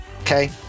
Okay